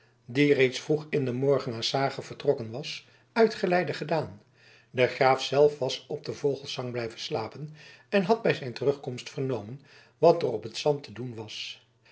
die reeds vroeg in den morgen naar s hage vertrokken was uitgeleide gedaan de graaf zelf was op den vogelesang blijven slapen en had bij zijn terugkomst vernomen wat er op het zand te doen was